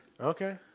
Okay